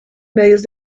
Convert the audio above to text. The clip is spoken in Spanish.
medios